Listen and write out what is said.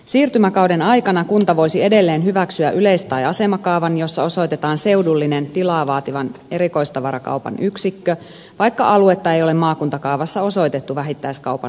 siirtymäkauden aikana kunta voisi edelleen hyväksyä yleis tai asemakaavan jossa osoitetaan seudullinen tilaa vaativan erikoistavarakaupan yksikkö vaikka aluetta ei ole maakuntakaavassa osoitettu vähittäiskaupan suuryksikölle